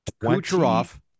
Kucherov